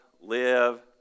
live